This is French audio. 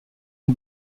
une